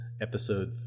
Episode